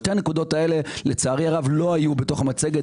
שתי הנקודות האלה לצערי הרב לא היו בתוך המצגת,